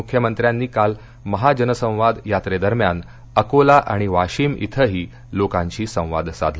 मुख्यमंत्र्यांनी काल महाजनसंवाद यात्रेदरम्यान अकोला आणि वाशीम इथंही लोकांशी संवाद साधला